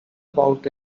about